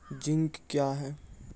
Zinc क्या हैं?